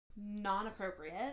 Non-appropriate